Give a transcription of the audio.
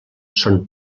són